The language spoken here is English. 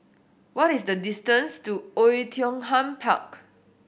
what is the distance to Oei Tiong Ham Park